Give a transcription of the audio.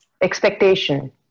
expectation